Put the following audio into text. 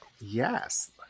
Yes